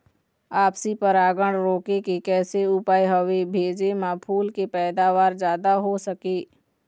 आपसी परागण रोके के कैसे उपाय हवे भेजे मा फूल के पैदावार जादा हों सके?